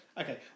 Okay